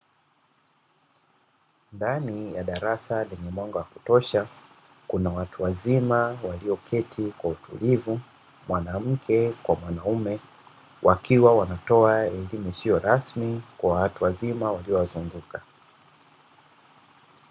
Ndani ya darasa lenye mwanga wa kutosha, kuna watu wazima walioketi kwa utulivu. Mwanamke kwa mwanaume wakiwa wanatoa elimu isiyo rasmi kwa watu wazima waliowazunguka.